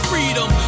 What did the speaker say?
Freedom